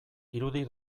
irudi